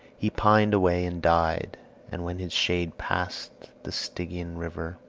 he pined away and died and when his shade passed the stygian river,